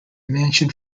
mansion